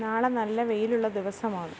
നാളെ നല്ല വെയിലുള്ള ദിവസമാണ്